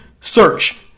Search